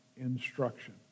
instruction